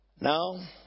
Now